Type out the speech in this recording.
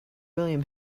william